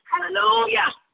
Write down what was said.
hallelujah